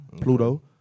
Pluto